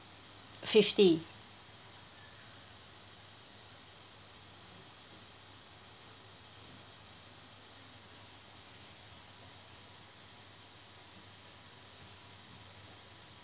fifty